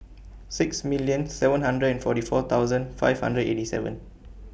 six million seven hundred and forty four thousand five hundred eighty seven